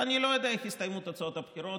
אני לא יודע איך יסתיימו תוצאות הבחירות.